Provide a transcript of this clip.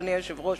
אדוני היושב-ראש,